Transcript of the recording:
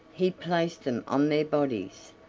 he placed them on their bodies,